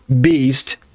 beast